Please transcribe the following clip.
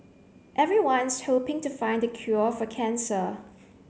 everyone's hoping to find the cure for cancer